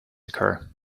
occur